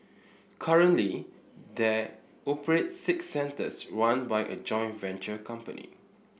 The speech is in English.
currently they operate six centres run by a joint venture company